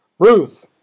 Ruth